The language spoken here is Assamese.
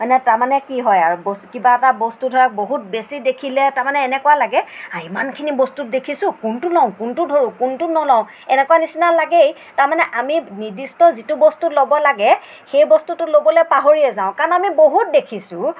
হয়নে তাৰ মানে কি হয় আৰু কিবা এটা বস্তু ধৰক বহুত বেছি দেখিলে তাৰ মানে এনেকুৱা লাগে ইমানখিনি বস্তু দেখিছোঁ কোনটো লওঁ কোনটো ধৰোঁ কোনটো নলওঁ এনেকুৱা নিচিনা লাগেই তাৰ মানে আমি নিৰ্দিষ্ট যিটো বস্তু ল'ব লাগে সেই বস্তুটো ল'বলৈ পাহৰিয়েই যাওঁ কাৰণ আমি বহুত দেখিছোঁ